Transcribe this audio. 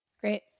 Great